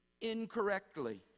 incorrectly